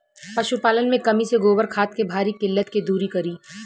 पशुपालन मे कमी से गोबर खाद के भारी किल्लत के दुरी करी?